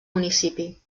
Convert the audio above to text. municipi